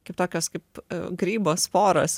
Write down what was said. kaip tokios kaip grybo sporos